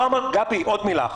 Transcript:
גבי, עוד מילה אחת.